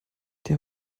der